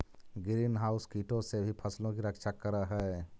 green house कीटों से भी फसलों की रक्षा करअ हई